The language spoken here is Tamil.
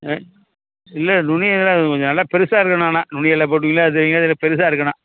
இல்லை நுனி இலை கொஞ்சம் நல்லா பெருசாக இருக்கணும் ஆனால் நுனி இலை போடுவீங்களோ அது எனக்கு தெரியாது பெருசாக இருக்கணும்